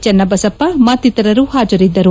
ಚನ್ನಬಸಪ್ಪ ಮತ್ತಿತರರು ಹಾಜರಿದ್ದರು